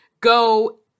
go